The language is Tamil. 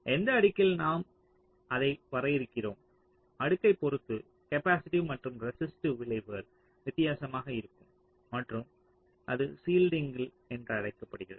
எந்த அடுக்கில் நாம் அதை வரைகிறோம் அடுக்கைப் பொறுத்து காப்பாசிட்டிவ் மற்றும் ரெசிஸ்ட்டிவ் விளைவுகள் வித்தியாசமாக இருக்கும் மற்றும் அது ஷீல்டிங் என்று அழைக்கப்படுகிறது